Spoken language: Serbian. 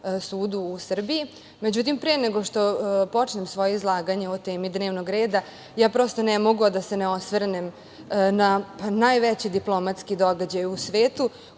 sudu u Srbiji. Međutim, pre nego što počnem svoje izlaganje o temi dnevnog reda, ja prosto ne mogu a da se ne osvrnem na najveći diplomatski događaj u svetu,